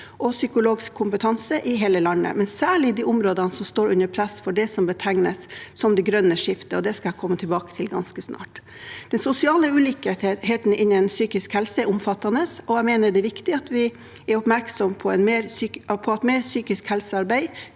og psykologisk kompetanse i hele landet, men særlig i de områdene som står under press for det som betegnes som det grønne skiftet, og det skal jeg komme tilbake til ganske snart. Den sosiale ulikheten innen psykisk helse er omfattende, og jeg mener det er viktig at vi er oppmerksomme på at mer psykisk helsearbeid